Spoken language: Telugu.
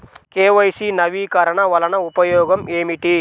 కే.వై.సి నవీకరణ వలన ఉపయోగం ఏమిటీ?